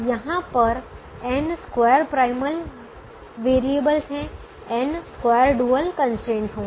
यहां पर n square primal variables है n स्क्वायर डुअल कंस्ट्रेंट होंगे